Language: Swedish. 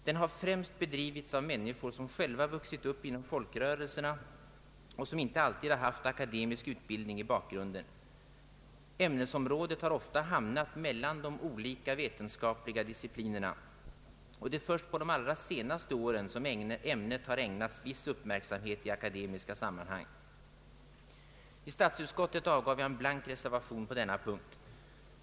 Den har främst bedrivits av människor som själva vuxit upp inom folkrörelserna och vilka inte alltid haft akademisk utbildning i bakgrunden. Ämnesområdet har ofta befunnit sig mellan de olika vetenskapliga disciplinerna, och det är först på de allra senaste åren som ämnet har ägnats viss uppmärksamhet i akademiska sammanhang. I statsutskottet har jag avgivit en blank reservation på denna punkt.